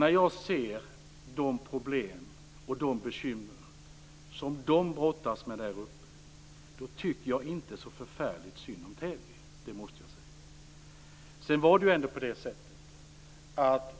När jag ser de problem och de bekymmer som de brottas med där uppe måste jag säga att jag inte tycker så förfärligt synd om Täby.